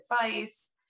advice